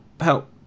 help